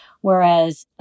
Whereas